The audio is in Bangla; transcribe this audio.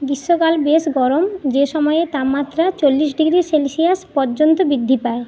গ্রীষ্মকাল বেশ গরম যে সময়ে তাপমাত্রা চল্লিশ ডিগ্রি সেলসিয়াস পর্যন্ত বৃদ্ধি পায়